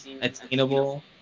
attainable